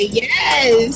yes